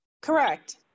Correct